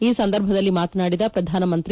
ಈ ಸಂದರ್ಭದಲ್ಲಿ ಮಾತನಾಡಿದ ಪ್ರಧಾನಮಂತ್ರಿ